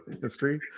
history